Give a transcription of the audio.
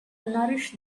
nourish